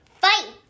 Fight